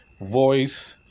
voice